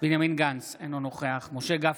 בנימין גנץ, אינו נוכח משה גפני,